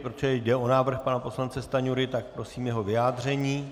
Protože jde o návrh pana poslance Stanjury, tak prosím jeho vyjádření.